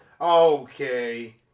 okay